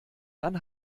dann